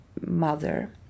mother